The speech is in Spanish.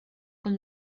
con